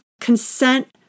consent